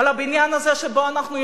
על הבניין הזה שבו אנחנו יושבים,